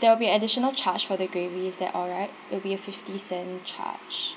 there will be additional charge for the gravy is that alright will be a fifty cent charge